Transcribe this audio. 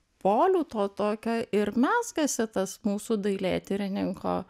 polių to tokio ir mes gasetas mūsų dailėtyrininko